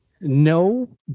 No